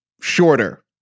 shorter